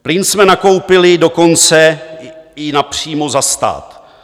Plyn jsme nakoupili dokonce i napřímo za stát.